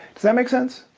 does that make sense?